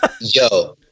Yo